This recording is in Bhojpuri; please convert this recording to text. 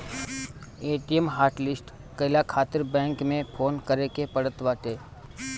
ए.टी.एम हॉटलिस्ट कईला खातिर बैंक में फोन करे के पड़त बाटे